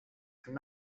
and